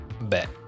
Bet